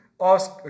Ask